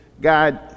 God